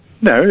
No